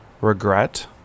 regret